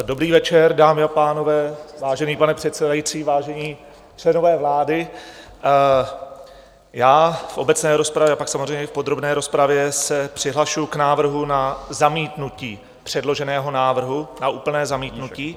Dobrý večer, dámy a pánové, vážený pane předsedající, vážení členové vlády, v obecné rozpravě a pak samozřejmě v podrobné rozpravě se přihlašuji k návrhu na zamítnutí předloženého návrhu, na úplné zamítnutí.